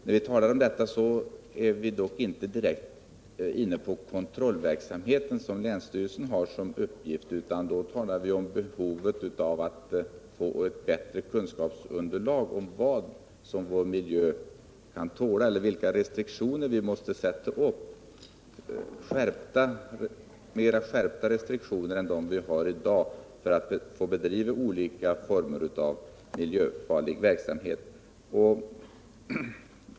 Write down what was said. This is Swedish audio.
När vi talar om detta är vi dock inte direkt inne på den kontrollverksamhet som länsstyrelserna ombesörjer, utan vi talar om behovet av ett bättre kunskapsunderlag om vilka skärpta restriktioner som måste till för att man skall få bedriva olika former av miljöfarlig verksamhet.